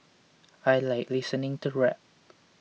I like listening to rap